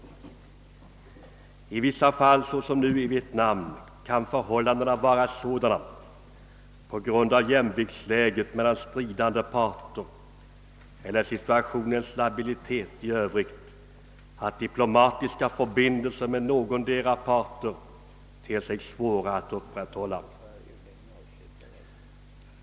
I vissa fall — såsom nu i Vietnam — kan förhållandena vara sådana på grund av jämviktsläget mellan stridande parter eller situationens labilitet i övrigt, att diplomatiska förbindelser med någondera parten ter sig svåra att upprätthålla.